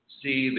see